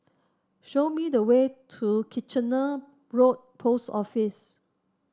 show me the way to Kitchener Road Post Office